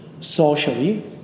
socially